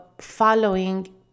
following